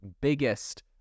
biggest